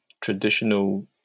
traditional